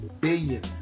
billion